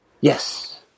Yes